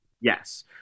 Yes